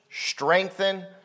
strengthen